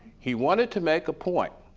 he wanted to make a point.